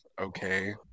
okay